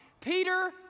Peter